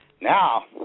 Now